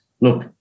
look